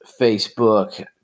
Facebook